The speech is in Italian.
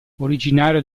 originario